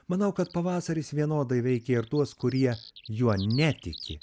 manau kad pavasaris vienodai veikia ir tuos kurie juo netiki